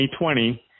2020